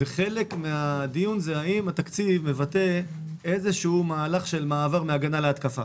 וחלק מהדיון הוא האם התקציב מבטא איזשהו מהלך של מעבר מהגנה להתקפה?